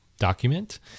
document